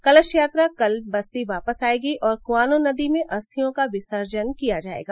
कलश यात्रा कल बस्ती वापस आयेगी और कुआनो नदी में अस्थियों का विसर्जन किया जायेगा